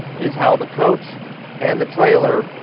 is how the coach and the trailer,